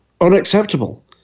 unacceptable